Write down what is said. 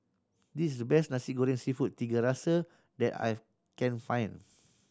this is the best Nasi Goreng Seafood Tiga Rasa that I can find